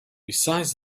besides